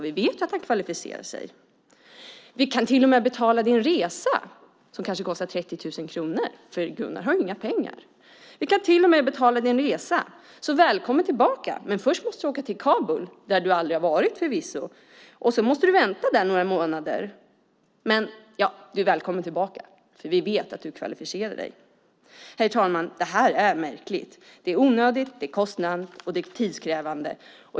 Vi vet att Gunnar kvalificerar sig. Vi kan till och med betala hans resa, som kanske kostar 30 000 kronor. Gunnar har inga pengar. Vi kan till och med betala hans resa, och då är han så välkommen tillbaka. Men först måste han åka till Kabul - där han förvisso aldrig har varit - och sedan måste han vänta några månader. Han är välkommen tillbaka eftersom vi vet att han kvalificerar sig. Herr talman! Det här är märkligt. Det är onödigt, kostsamt och tidskrävande.